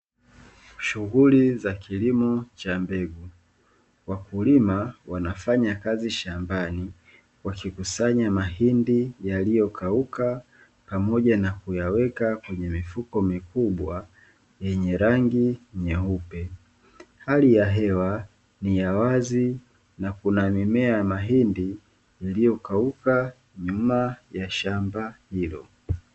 Shughuli za kilimo cha mbegu, wakulima wanafanya kazi shambani wakikusanya mahindi yaliyokauka pamoja na kuyaweka kwenye mifuko mikubwa yenye rangi nyeupe. Hali ya hewa ni ya wazi na kuna mimea ya mahindi iliyokauka nyuma ya shamba hilo.